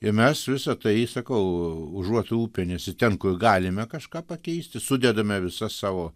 ir mes visa tai sakau užuot rūpinęsi ten kur galime kažką pakeisti sudedame visas savo